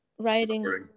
Writing